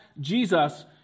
Jesus